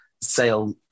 Sale